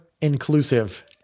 inclusive